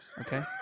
okay